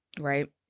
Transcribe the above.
right